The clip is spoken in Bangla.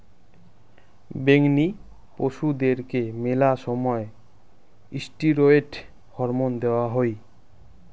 বেঙনি পশুদেরকে মেলা সময় ষ্টিরৈড হরমোন দেওয়া হই